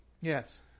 Yes